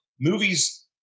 movies